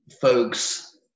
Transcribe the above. folks